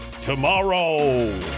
tomorrow